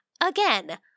Again